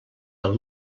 del